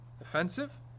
offensive